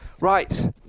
right